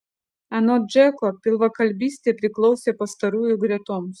anot džeko pilvakalbystė priklausė pastarųjų gretoms